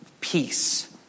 peace